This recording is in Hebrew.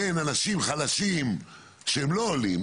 בין אנשים חלשים שהם לא עולים,